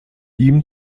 ihm